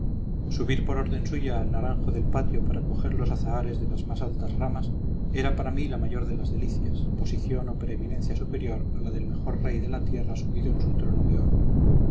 subir por orden suya al naranjo del patio para coger los azahares de las más altas ramas era para mí la mayor de las delicias posición o preeminencia superior a la del mejor rey de la tierra subido en su trono de oro